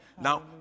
now